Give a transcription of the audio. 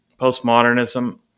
postmodernism